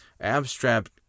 abstract